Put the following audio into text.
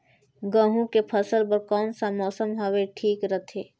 गहूं के फसल बर कौन सा मौसम हवे ठीक रथे?